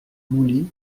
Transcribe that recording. mouly